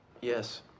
Yes